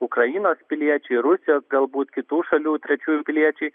ukrainos piliečiai rusijos galbūt kitų šalių trečiųjų piliečiai